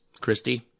christy